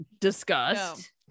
discussed